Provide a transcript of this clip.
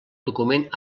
document